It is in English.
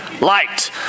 light